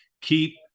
keep